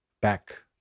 back